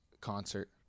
Concert